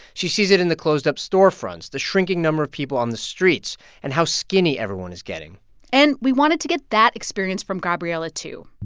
she sees it in the closed-up storefronts, the shrinking number of people on the streets and how skinny everyone is getting and we wanted to get that experience from gabriela, too.